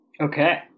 Okay